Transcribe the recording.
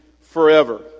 forever